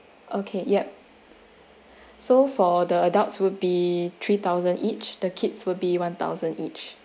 okay yup so for the adults will be three thousand each the kids will be one thousand each